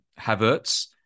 Havertz